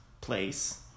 place